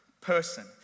person